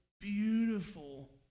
beautiful